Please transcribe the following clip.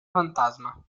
fantasma